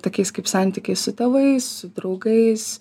tokiais kaip santykiai su tėvais su draugais